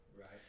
Right